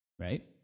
right